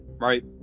right